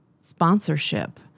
sponsorship